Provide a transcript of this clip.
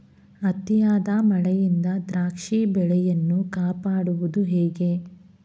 ಅತಿಯಾದ ಮಳೆಯಿಂದ ದ್ರಾಕ್ಷಿ ಬೆಳೆಯನ್ನು ಕಾಪಾಡುವುದು ಹೇಗೆ?